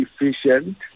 efficient